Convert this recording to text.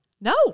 No